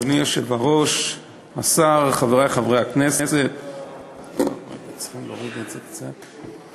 שר או חבר הכנסת (תיקוני חקיקה)